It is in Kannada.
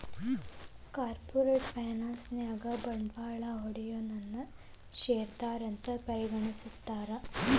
ಕಾರ್ಪೊರೇಟ್ ಫೈನಾನ್ಸ್ ನ್ಯಾಗ ಬಂಡ್ವಾಳಾ ಹೂಡೊನನ್ನ ಶೇರ್ದಾರಾ ಅಂತ್ ಪರಿಗಣಿಸ್ತಾರ